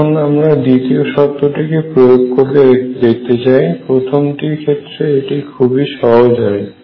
এখন আমরাই দ্বিতীয় শর্তটি কে প্রয়োগ করে দেখতে চাই প্রথমটির ক্ষেত্রে এটি খুবই সহজ হয়